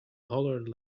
hollered